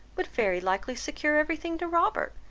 would very likely secure every thing to robert,